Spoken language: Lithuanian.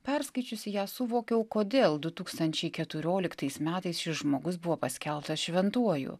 perskaičiusi ją suvokiau kodėl du tūkstančiai keturioliktais metais šis žmogus buvo paskelbtas šventuoju